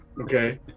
okay